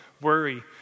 worry